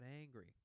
angry